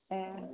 ए